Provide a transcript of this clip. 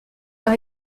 leur